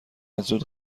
زود